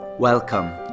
Welcome